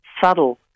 subtle